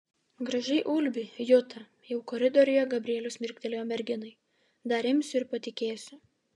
gražiai ulbi juta jau koridoriuje gabrielius mirktelėjo merginai dar imsiu ir patikėsiu